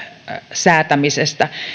säätämistä